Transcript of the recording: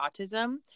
autism